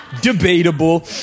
Debatable